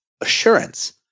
assurance